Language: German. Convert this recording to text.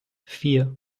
vier